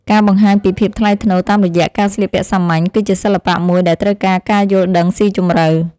ការបង្ហាញពីភាពថ្លៃថ្នូរតាមរយៈការស្លៀកពាក់សាមញ្ញ គឺជាសិល្បៈមួយដែលត្រូវការការយល់ដឹងស៊ីជម្រៅ។